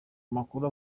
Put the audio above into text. amakuru